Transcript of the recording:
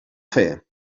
fer